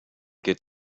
get